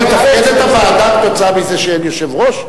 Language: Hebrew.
הוועדה לא מתפקדת כי אין יושב-ראש?